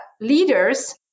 leaders